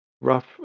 rough